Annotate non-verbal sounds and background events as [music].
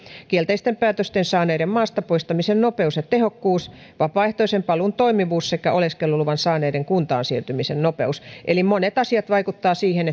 kielteisten päätösten saaneiden maasta poistamisen nopeus ja tehokkuus vapaaehtoisen paluun toimivuus sekä oleskeluluvan saaneiden kuntaan siirtymisen no peus eli monet asiat vaikuttavat siihen [unintelligible]